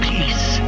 Peace